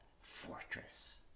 fortress